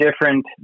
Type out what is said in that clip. different